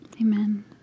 Amen